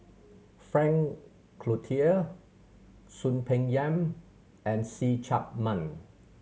Frank Cloutier Soon Peng Yam and See Chak Mun